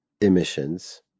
emissions